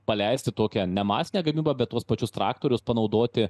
paleisti tokią ne masinę gamybą bet tuos pačius traktorius panaudoti